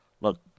Look